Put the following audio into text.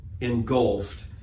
engulfed